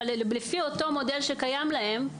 לפי אותו מודל שקיים להם,